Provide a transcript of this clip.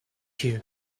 you